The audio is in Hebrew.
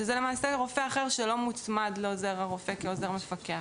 שזה רופא אחר שלא מוצמד לעוזר הרופא כעוזר מפקח.